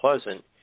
Pleasant